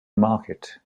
market